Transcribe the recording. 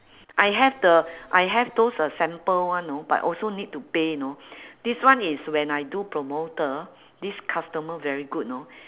I have the I have those uh sample one ah but also need to pay you know this one is when I do promoter this customer very good you know